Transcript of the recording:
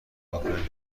میخواییم